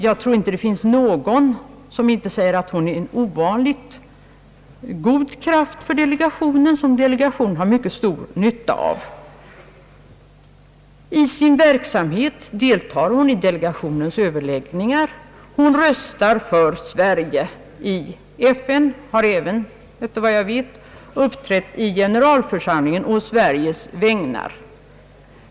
Jag tror inte att det finns någon som inte säger att hon är en ovanligt god kraft, en kraft som delegationen har mycket stor nytta av. I sin verksamhet deltar hon i delegationens överläggningar. Hon röstar för Sverige i FN och har även efter vad jag vet uppträtt i generalförsamlingen å Sveriges vägnar.